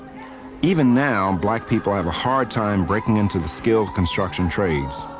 even now, black people have a hard time breaking into the skilled construction trades.